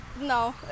No